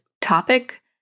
topic